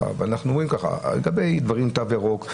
לגבי תו ירוק,